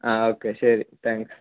ആ ഓക്കെ ശരി താങ്ക്സ്